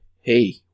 hey